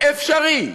אפשרי,